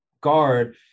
guard